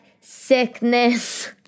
sickness